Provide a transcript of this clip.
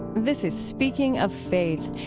this is speaking of faith.